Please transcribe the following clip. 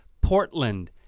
Portland